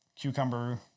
cucumber